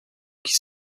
qui